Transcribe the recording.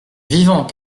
vivants